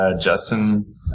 Justin